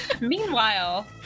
Meanwhile